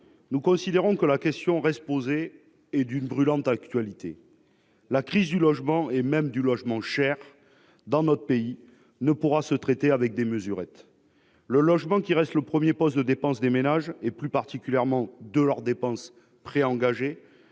Nous considérons que la question reste posée. Elle est d'une brûlante actualité ! La crise du logement, même du logement cher, dans notre pays ne pourra se traiter avec des « mesurettes ». Le logement, qui reste le premier poste de dépenses des ménages, plus particulièrement de leurs dépenses préengagées,